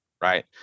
right